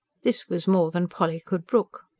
this was more than polly could brook.